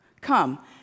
come